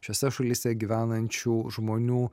šiose šalyse gyvenančių žmonių